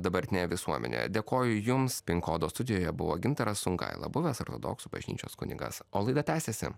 dabartine visuomene dėkoju jums pin kodo studijoje buvo gintaras sungaila buvęs ortodoksų bažnyčios kunigas o laida tęsiasi